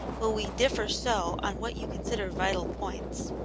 while we diflfer so on what you consider vital points.